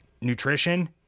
nutrition